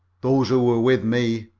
those who were with me.